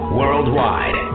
worldwide